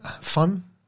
fun